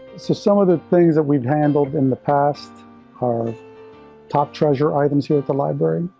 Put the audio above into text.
so some of the things that we've handled in the past are top treasure items here at the library,